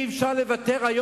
אי-אפשר היום לוותר,